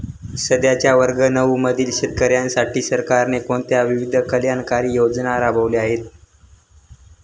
सध्याच्या वर्ग नऊ मधील शेतकऱ्यांसाठी सरकारने कोणत्या विविध कल्याणकारी योजना राबवल्या आहेत?